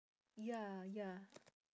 ya ya